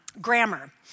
grammar